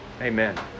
Amen